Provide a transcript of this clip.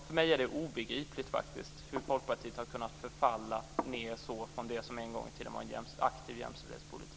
För mig är det obegripligt hur Folkpartiet har kunnat förfalla så från det som en gång i tiden var en aktiv jämställdhetspolitik.